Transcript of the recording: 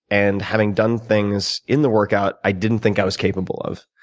and having done things in the workout i didn't think i was capable of.